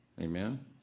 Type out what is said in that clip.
Amen